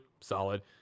Solid